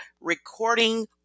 recording